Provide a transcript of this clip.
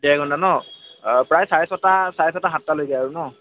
ডেৰঘণ্টা নহ্ অঁ প্ৰায় চাৰে ছটা চাৰে ছটা সাতটালৈকে আৰু নহ্